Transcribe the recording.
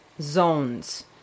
zones